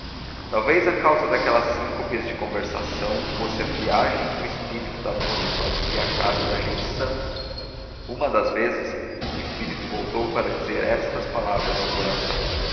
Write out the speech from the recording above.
talvez a causa daquelas síncopes da conversação fosse a viagem que o espírito da moça fazia à casa da gente santos uma das vezes o espírito voltou para dizer estas palavras ao coração